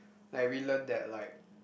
like we learn that like